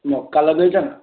ମକା ଲଗାଇଛ